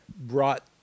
brought